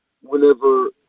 whenever